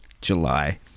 july